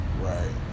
right